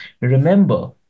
remember